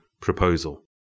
proposal